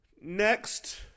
Next